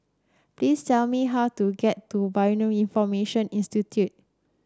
please tell me how to get to Bioinformatics Institute